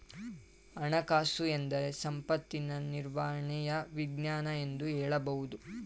ಹಣಕಾಸುಎಂದ್ರೆ ಸಂಪತ್ತಿನ ನಿರ್ವಹಣೆಯ ವಿಜ್ಞಾನ ಎಂದು ಹೇಳಬಹುದು